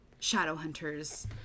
Shadowhunters